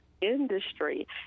industry